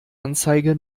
anzeige